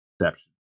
exception